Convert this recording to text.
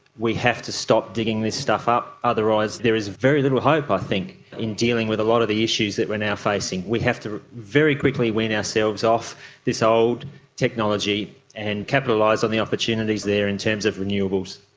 we have to stop digging this stuff up, otherwise there is very little hope i think in dealing with a lot of the issues that we are now facing. we have to very quickly wean ourselves off this old technology and capitalise on the opportunities there in terms of renewables.